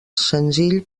senzill